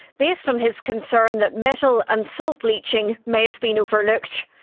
based on his concern that metal and salt leaching may have been overlooked.